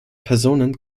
personen